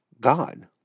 God